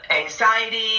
anxiety